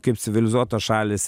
kaip civilizuotos šalys